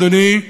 אדוני,